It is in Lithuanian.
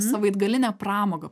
savaitgalinę pramogą